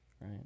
right